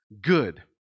good